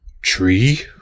tree